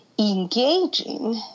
Engaging